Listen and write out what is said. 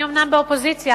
אני אומנם באופוזיציה,